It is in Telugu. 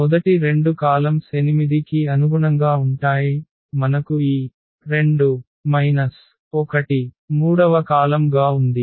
మొదటి రెండు కాలమ్స్ 8 కి అనుగుణంగా ఉంటాయి మనకు ఈ 2 1 మూడవ కాలమ్ గా ఉంది